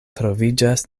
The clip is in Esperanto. troviĝas